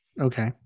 Okay